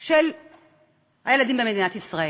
של הילדים במדינת ישראל,